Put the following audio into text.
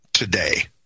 today